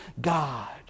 God